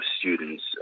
students